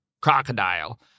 crocodile